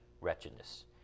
wretchedness